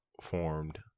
formed